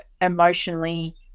Emotionally